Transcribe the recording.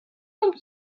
dumm